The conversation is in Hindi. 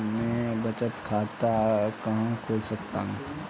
मैं बचत खाता कहाँ खोल सकता हूँ?